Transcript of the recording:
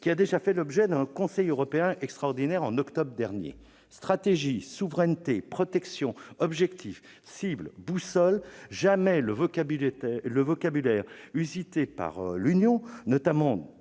qui a déjà fait l'objet d'un Conseil européen extraordinaire en octobre dernier. Stratégie, souveraineté, protection, objectifs, cibles, boussole ... Jamais le vocabulaire usité par l'Union, notamment